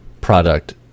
product